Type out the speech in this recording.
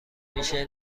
میشه